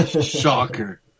Shocker